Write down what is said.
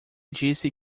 disse